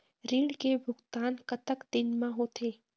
ऋण के भुगतान कतक दिन म होथे?